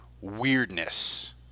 weirdness